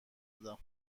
دادم